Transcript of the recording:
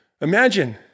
Imagine